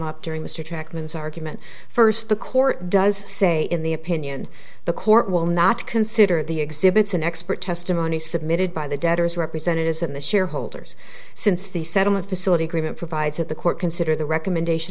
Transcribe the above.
up during mr trackman is argument first the court does say in the opinion the court will not consider the exhibits an expert testimony submitted by the debtors representatives in the shareholders since the settlement facility agreement provides that the court consider the recommendation